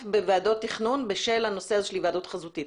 בוועדות תכנון בשל הנושא הזה של היוועדות חזותית.